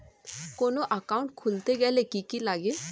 কোন একাউন্ট খুলতে গেলে কি কি লাগে?